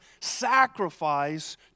sacrifice